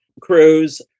crews